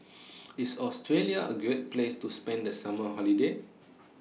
IS Australia A Great Place to spend The Summer Holiday